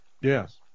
yes